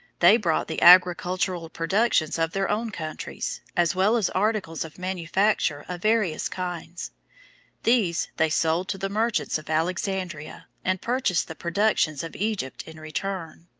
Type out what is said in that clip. they brought the agricultural productions of their own countries, as well as articles of manufacture of various kinds these they sold to the merchants of alexandria, and purchased the productions of egypt in return.